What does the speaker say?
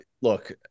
look